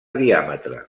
diàmetre